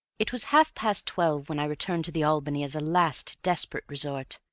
it was half-past twelve when i returned to the albany as a last desperate resort.